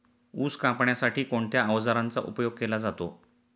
ऊस कापण्यासाठी कोणत्या अवजारांचा उपयोग केला जातो?